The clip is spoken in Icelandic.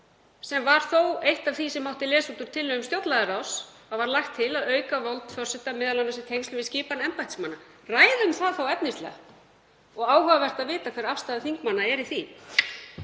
Það var þó eitt af því sem mátti lesa út úr tillögum stjórnlagaráðs, þar var lagt til að auka vald forseta, m.a. í tengslum við skipan embættismanna. Ræðum það efnislega, það er áhugavert að vita hver afstaða þingmanna er í því.